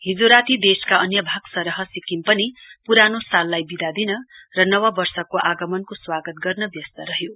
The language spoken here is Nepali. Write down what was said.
हिजो राती देशका अन्य भाग सरह सिक्किम पनि पुरानो साललाई विदा दिन र नव वर्षको स्वागत गर्न व्यस्त रह्यो